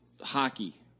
hockey